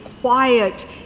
quiet